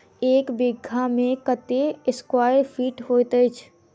एक बीघा मे कत्ते स्क्वायर फीट होइत अछि?